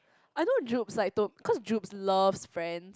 I know Judes like to cause Jude loves Friends